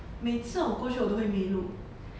每次我过去我都会迷路